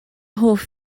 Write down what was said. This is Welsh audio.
hoff